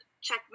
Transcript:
check